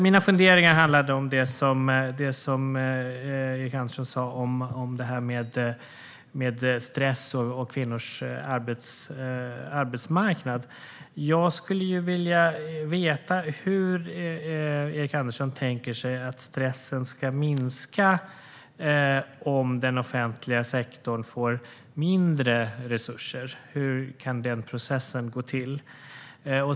Mina funderingar handlade om det som Erik Andersson sa om stress och kvinnors arbetsmarknad. Jag skulle vilja veta hur Erik Andersson tänker sig att stressen ska minska om den offentliga sektorn får mindre resurser. Hur kan den processen gå till?